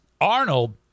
Arnold